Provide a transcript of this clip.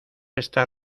está